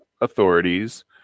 authorities